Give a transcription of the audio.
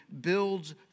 builds